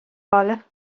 bhaile